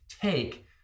take